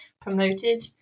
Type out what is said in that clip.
promoted